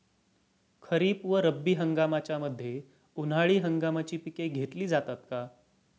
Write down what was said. खरीप व रब्बी हंगामाच्या मध्ये उन्हाळी हंगामाची पिके घेतली जातात का?